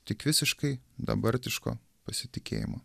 tik visiškai dabartiško pasitikėjimo